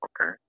Okay